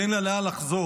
ואין לאן לחזור.